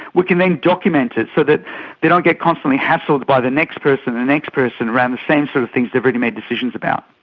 we can then document it so that they don't get constantly hassled by the next person and the next person around the same sort of things they've already made decisions about.